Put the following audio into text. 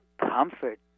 comfort